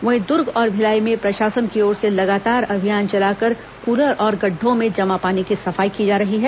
वहीं दुर्ग और भिलाई में प्रशासन की ओर से लगातार अभियान चलाकर कूलर और गड्ढ़ों में जमा पानी की सफाई की जा रही है